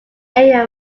area